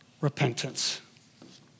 repentance